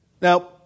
Now